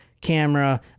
camera